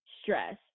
stress